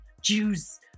Jews